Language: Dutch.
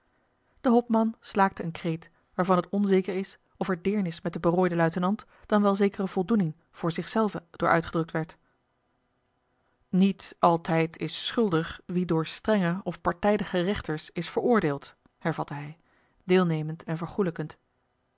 de hopman slaakte een kreet waarvan het onzeker is of er deernis met den berooiden luitenant dan wel zekere voldoening voor zich zelven door uitgedrukt werd niet altijd is schuldig wie door strenge of partijdige rechters is veroordeeld hervatte hij deelnemend en